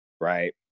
Right